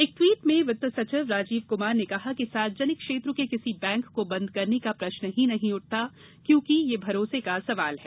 एक ट्वीट में वित्त सचिव राजीव कुमार ने कहा कि सार्वजनिक क्षेत्र के किसी बैंक को बंद करने का प्रश्न ही नहीं उठता क्योंकि यह भरोसे का सवाल है